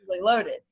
loaded